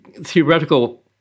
theoretical